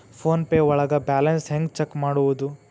Phone pay ಒಳಗ balance ಹೆಂಗ್ check ಮಾಡುವುದು?